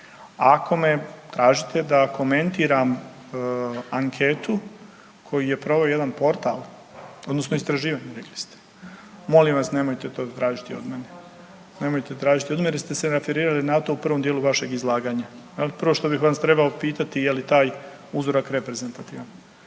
Ako me tražite da komentiram anketu koju je proveo jedan portal odnosno istraživanje rekli ste, molim vas nemojte to tražiti od mene, nemojte tražiti od mene jer ste se referirali na to u prvom dijelu vašeg izlaganja. Prvo što bih vas trebao pitati je li taj uzorak reprezentativan,